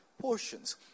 portions